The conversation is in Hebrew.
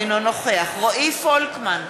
אינו נוכח רועי פולקמן,